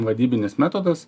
vadybinis metodas